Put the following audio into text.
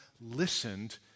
listened